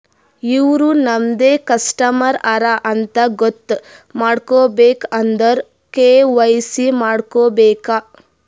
ಇವ್ರು ನಮ್ದೆ ಕಸ್ಟಮರ್ ಹರಾ ಅಂತ್ ಗೊತ್ತ ಮಾಡ್ಕೋಬೇಕ್ ಅಂದುರ್ ಕೆ.ವೈ.ಸಿ ಮಾಡ್ಕೋಬೇಕ್